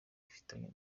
ifitanye